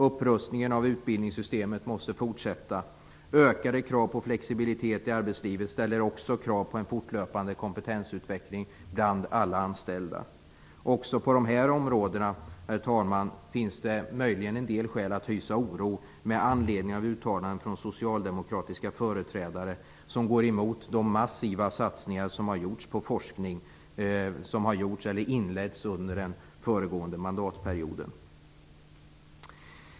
Upprustningen av utbildningssystemet måste fortsätta. Ökade krav på flexibilitet i arbetslivet ställer också krav på en fortlöpande kompetensutveckling bland alla anställda. Också på dessa områden, herr talman, finns det möjligen en del skäl att hysa oro med anledning av uttalanden från socialdemokratiska företrädare som går emot de massiva satsningar på forskning som har gjorts eller inletts under den föregående mandatperioden.